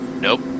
Nope